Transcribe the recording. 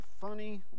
funny